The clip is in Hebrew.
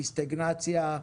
מסטגנציה,